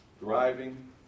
driving